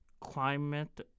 climate